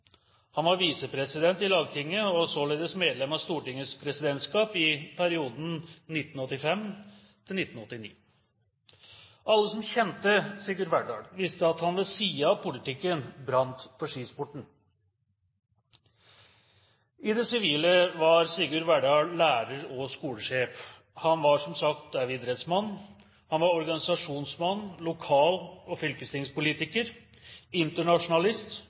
Han var visepresident i Lagtinget, og således medlem av Stortingets presidentskap i perioden 1985–1989. Alle som kjente Sigurd Verdal, visste at han ved siden av politikken brant for skisporten. I det sivile var Sigurd Verdal lærer og skolesjef. Han var som sagt også idrettsmann, organisasjonsmann, lokal- og fylkestingspolitiker, internasjonalist,